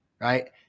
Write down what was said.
right